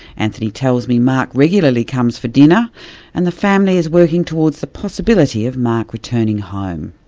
anthony tells me mark regularly comes for dinner and the family is working towards the possibility of mark returning home.